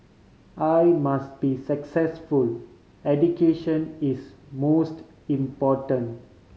I must be successful education is most important